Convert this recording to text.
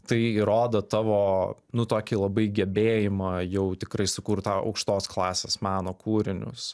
tai įrodo tavo nu tokį labai gebėjimą jau tikrai sukurt tą aukštos klasės meno kūrinius